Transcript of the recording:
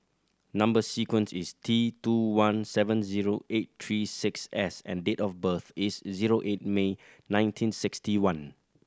number sequence is T two one seven zero eight three six S and date of birth is zero eight May nineteen sixty one